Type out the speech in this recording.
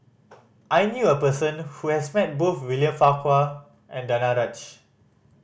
I knew a person who has met both William Farquhar and Danaraj